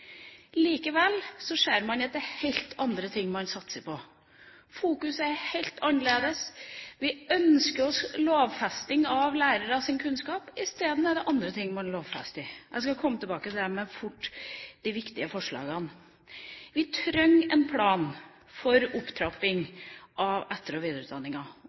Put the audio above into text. ser man at det er helt andre ting man satser på. Fokuset er helt annerledes. Vi ønsker lovfesting av lærernes kunnskap – i stedet er det andre ting man lovfester. Jeg skal komme tilbake til det, men først de viktige forslagene. Vi trenger en plan for opptrapping av etter- og videreutdanninga.